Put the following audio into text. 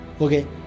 okay